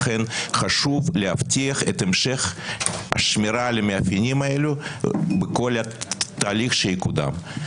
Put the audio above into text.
לכן חשוב להבטיח את המשך השמירה על המאפיינים האלו בכל תהליך שיקודם.